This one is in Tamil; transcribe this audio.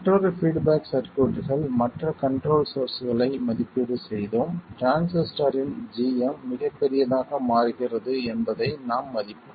மற்றொரு பீட்பேக் சர்க்யூட்கள் மற்ற கண்ட்ரோல் சோர்ஸ்களை மதிப்பீடு செய்தோம் டிரான்சிஸ்டரின் gm மிகப்பெரியதாக மாறுகிறது என்பதை நாம் மதிப்பிட்டோம்